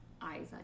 eyes